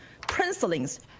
princelings